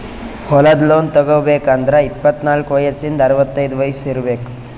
ಹೊಲದ್ ಲೋನ್ ತಗೋಬೇಕ್ ಅಂದ್ರ ಇಪ್ಪತ್ನಾಲ್ಕ್ ವಯಸ್ಸಿಂದ್ ಅರವತೈದ್ ವಯಸ್ಸ್ ಇರ್ಬೆಕ್